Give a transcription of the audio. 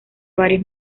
varios